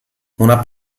una